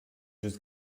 just